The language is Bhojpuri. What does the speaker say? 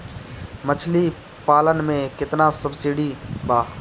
मछली पालन मे केतना सबसिडी बा?